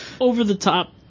Over-the-top